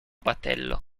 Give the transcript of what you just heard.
battello